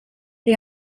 the